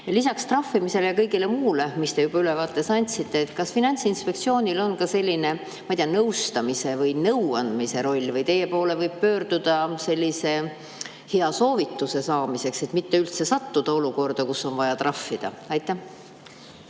lisaks trahvimisele ja kõigele muule, millest te juba ülevaate andsite, on Finantsinspektsioonil ka selline, ma ei tea, nõustamise või nõuandmise roll või kas teie poole võib pöörduda hea soovituse saamiseks, et mitte üldse sattuda olukorda, kus on vaja trahvida? Aitäh,